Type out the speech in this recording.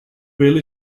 bill